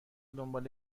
دنبال